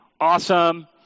Awesome